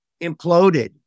imploded